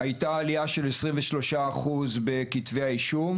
הייתה עלייה של 23% בהגשת כתבי האישום.